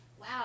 wow